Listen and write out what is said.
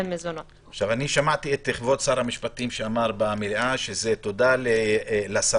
למזונות." אני שמעתי את כבוד שר המשפטים שאמר במליאה שזה תודות לשרה,